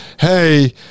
hey